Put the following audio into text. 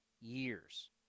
years